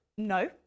No